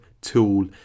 tool